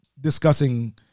discussing